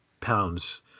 pounds